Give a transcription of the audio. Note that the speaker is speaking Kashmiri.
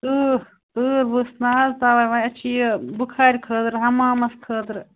تۭہ تۭر ؤژھ نہٕ حظ تَوے وۄنۍ اَسہِ چھِ یہِ بُخارِ خٲطرٕ ہمامَس خٲطرٕ